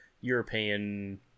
European